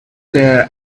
there